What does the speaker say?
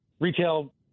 retail